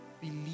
believe